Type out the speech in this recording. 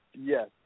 Yes